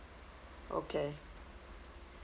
okay